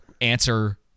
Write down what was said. answer